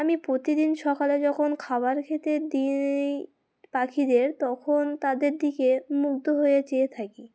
আমি প্রতিদিন সকালে যখন খাবার খেতে দিই পাখিদের তখন তাদের দিকে মুগ্ধ হয়ে চেয়ে থাকি